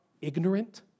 ignorant